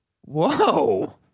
Whoa